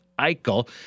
Eichel